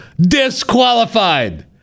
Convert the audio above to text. Disqualified